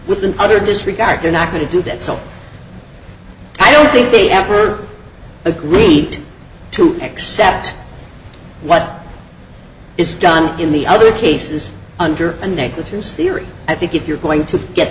with an utter disregard they're not going to do that so i don't think they ever agreed to accept what it's done in the other cases under a nate this is theory i think if you're going to get